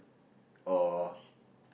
or